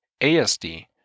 ASD